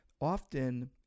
often